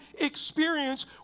experience